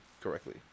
correctly